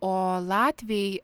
o latviai